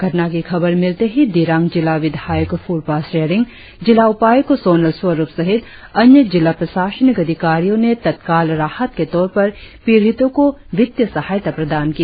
घटना की खबर मिलते ही दिरांग जिला विधायक फुरपा सेरिंग जिला उपायुक्त सोनल स्वरुप सहित अन्य जिला प्रशासनिक अधिकारियों ने तत्काल राहत के तौर पर वित्तीय सहायता प्रदान की